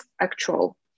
actual